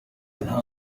nta